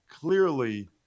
clearly